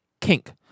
kink